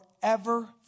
forever